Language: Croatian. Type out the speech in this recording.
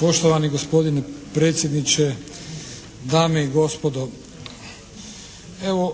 Poštovani gospodine predsjedniče, dame i gospodo. Evo,